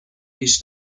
پیش